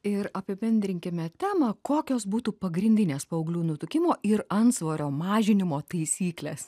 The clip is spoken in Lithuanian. ir apibendrinkime temą kokios būtų pagrindinės paauglių nutukimo ir antsvorio mažinimo taisyklės